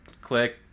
click